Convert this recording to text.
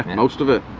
and and most of it.